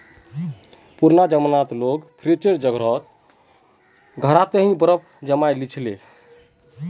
पुराना जमानात लोग फ्रिजेर जगह घड़ा त बर्फ जमइ ली छि ले